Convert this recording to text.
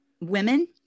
women